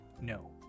No